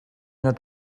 not